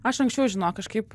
aš anksčiau žinok kažkaip